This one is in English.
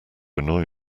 annoy